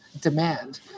demand